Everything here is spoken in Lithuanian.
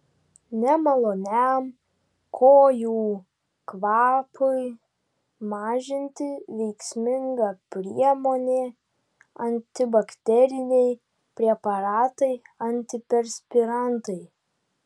nemaloniam kojų kvapui mažinti veiksminga priemonė antibakteriniai preparatai antiperspirantai